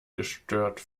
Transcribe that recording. gestört